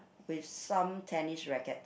with some tennis racquets